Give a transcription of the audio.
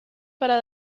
para